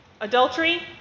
adultery